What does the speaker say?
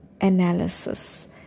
analysis